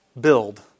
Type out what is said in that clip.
build